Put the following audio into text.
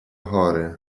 chory